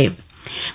CM आभार